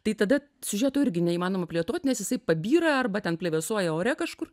tai tada siužeto irgi neįmanoma plėtot nes jisai pabyra arba ten plevėsuoja ore kažkur